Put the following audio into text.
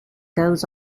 goes